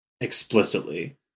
explicitly